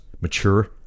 mature